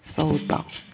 收到